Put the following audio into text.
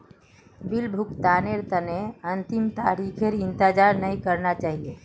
bill भुगतानेर तने अंतिम तारीखेर इंतजार नइ करना चाहिए